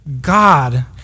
God